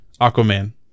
Aquaman